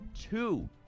two